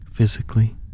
Physically